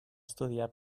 estudiar